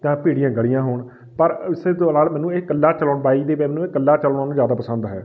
ਜਾਂ ਭੀੜੀਆਂ ਗਲੀਆਂ ਹੋਣ ਪਰ ਇਸੇ ਦੌਰਾਨ ਮੈਨੂੰ ਇਹ ਇਕੱਲਾ ਚਲਾਉਣ ਬਾਈਕ ਦੇ ਮੈਨੂੰ ਇਹ ਇਕੱਲਾ ਚਲਾਉਣਾ ਮੈਨੂੰ ਜ਼ਿਆਦਾ ਪਸੰਦ ਹੈ